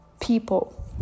people